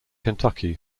kentucky